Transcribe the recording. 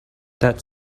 that